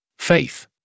Faith